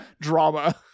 drama